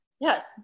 Yes